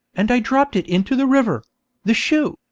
and i dropped it into the river the shoe,